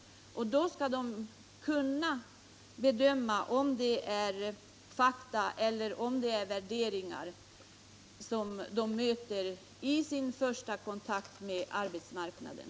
Ungdomarna skall kunna bedöma om det är fakta eller värderingar som de möter vid sin första kontakt med arbetsmarknaden.